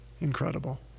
Incredible